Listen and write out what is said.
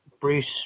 Bruce